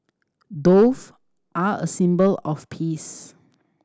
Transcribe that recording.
doves are a symbol of peace